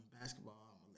Basketball